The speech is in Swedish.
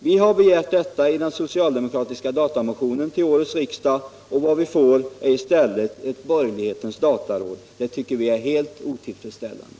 Vi har i den socialdemokratiska datamotionen till årets riksdag begärt detta, och vad vi får är i stället ett borgerlighetens dataråd! Det tycker vi är helt otillfredsställande.